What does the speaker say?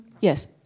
Yes